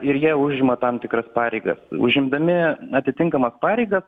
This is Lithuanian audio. ir jie užima tam tikras pareigas užimdami atitinkamas pareigas